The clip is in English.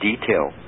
detail